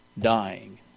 dying